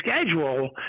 schedule